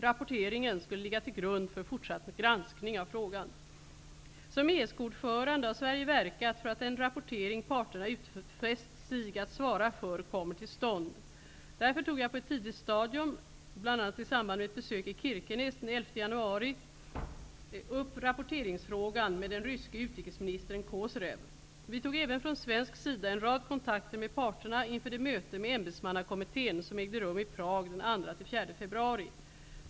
Rapporteringen skulle ligga till grund för fortsatt granskning av frågan. Som ESK-ordförande har Sverige verkat för att den rapportering parterna utfäst sig att svara för kommer till stånd. Därför tog jag på ett tidigt stadium, bl.a. i samband med ett besök i Kirkenes den 11 januari för undertecknande av deklarationen om Barentsrådet, upp rapporteringsfrågan med den ryske utrikesministern Kozyrev. Vi tog även från svensk sida en rad kontakter med parterna inför det möte med ämbetsmannakommittén som ägde rum i Prag den 2--4 februari.